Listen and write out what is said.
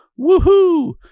woohoo